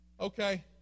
Okay